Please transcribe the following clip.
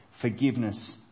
forgiveness